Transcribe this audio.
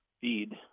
feed